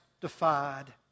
defied